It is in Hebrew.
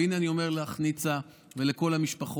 הינה, אני אומר לך, ניצה, ולכל המשפחות: